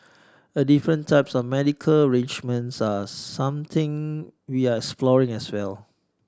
and different types of medical arrangements are something we're exploring as well